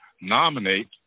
nominate